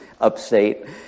upstate